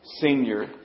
senior